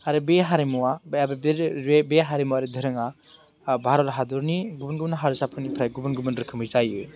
आरो बे हारिमुवा बे बे हारिमुवारि दोरोङा भारत हादरनि गुबुन गुबुन हारिसानिफ्राय गुबुन गुबुन रोखोमै जायो